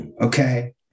okay